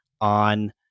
on